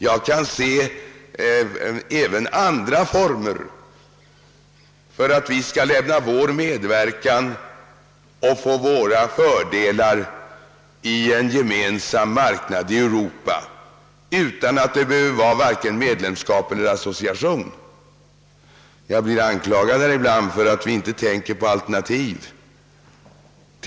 Jag kan även se andra former för hur vi skall lämna vår medverkan och få våra fördelar i en gemensam marknad i Europa, utan att det behöver vara vare sig medlemskap eller association. Jag anklagas här: ibland för att vi inte tänker på alternativ.